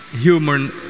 human